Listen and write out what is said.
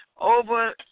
over